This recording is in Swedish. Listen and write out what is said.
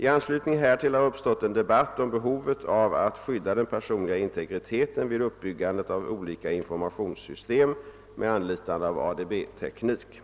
I anslutning härtill har uppstått en debatt om behovet av att skydda den personliga integriteten vid uppbyggandet av olika informationssystem med anlitande av ADB-teknik.